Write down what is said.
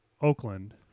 Oakland